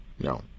No